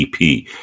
EP